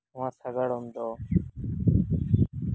ᱥᱟᱜᱟᱲᱚᱢ ᱫᱚ ᱞᱟᱦᱟ ᱪᱟᱞᱟᱜᱼᱟ